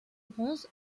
bronze